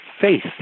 faith